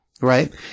Right